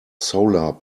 solar